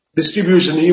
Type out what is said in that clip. Distribution